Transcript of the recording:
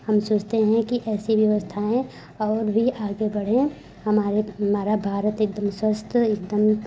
हम सोचते हैं कि ऐसी व्यवस्थाएं और भी आगे बढ़ें हमारे हमारा भारत एकदम स्वस्थ एकदम